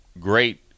great